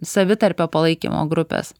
savitarpio palaikymo grupės